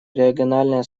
региональное